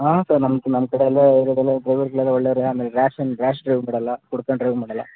ಹಾಂ ಸರ್ ನಮ್ಮದು ನಮ್ಮ ಕಡೆ ಎಲ್ಲ ಡ್ರೈವರುಗಳೆಲ್ಲ ಒಳ್ಳೆಯವರೇ ಆಮೇಲೆ ರಾಶ್ ರಾಶ್ ಡ್ರೈವ್ ಮಾಡೋಲ್ಲ ಕುಡ್ಕೊಂಡು ಡ್ರೈವ್ ಮಾಡೋಲ್ಲ